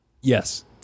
Yes